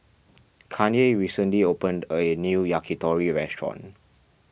Kanye recently opened a new Yakitori restaurant